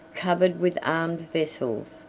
covered with armed vessels,